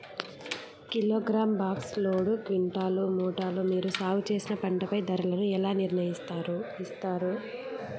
Kilogram, box, load, quintal, మూటలు మీరు సాగు చేసిన పంటపై ధరలను ఎలా నిర్ణయిస్తారు యిస్తారు?